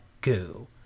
goo